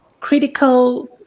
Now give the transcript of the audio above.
critical